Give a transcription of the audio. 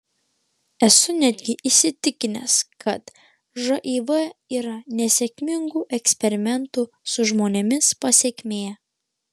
esu netgi įsitikinęs kad živ yra nesėkmingų eksperimentų su žmonėmis pasekmė